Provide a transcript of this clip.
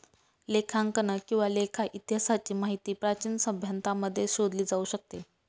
लेखांकन किंवा लेखा इतिहासाची माहिती प्राचीन सभ्यतांमध्ये शोधली जाऊ शकते